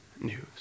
news